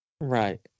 right